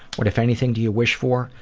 what if anything do you wish for?